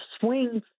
swing